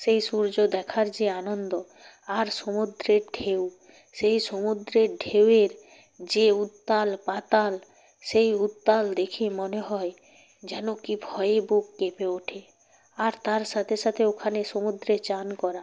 সেই সূর্য দেখার যে আনন্দ আর সমুদ্রের ঢেউ সেই সমুদ্রের ঢেউয়ের যে উত্তাল পাতাল সেই উত্তাল দেখে মনে হয় যেন কি ভয়ে বুক কেঁপে ওঠে আর তার সাথে সাথে ওখানে সমুদ্রে চান করা